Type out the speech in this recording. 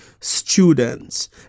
students